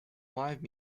live